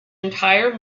entire